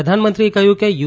પ્રધાનમંત્રીએ કહયું કે યુ